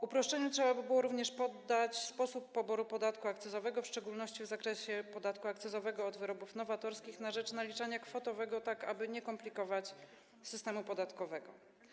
Uproszczeniu trzeba by było również poddać sposób poboru podatku akcyzowego, w szczególności w zakresie podatku akcyzowego od wyrobów nowatorskich, na rzecz naliczania kwotowego, tak aby nie komplikować systemu podatkowego.